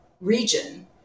region